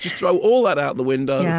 throw all that out the window.